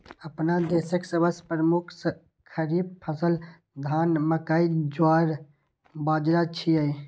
अपना देशक सबसं प्रमुख खरीफ फसल धान, मकई, ज्वार, बाजारा छियै